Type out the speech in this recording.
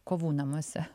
kovų namuose